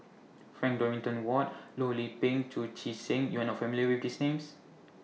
Frank Dorrington Ward Loh Lik Peng Chu Chee Seng YOU Are not familiar with These Names